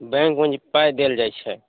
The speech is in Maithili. बैंकमे जे पाइ देल जाइ छै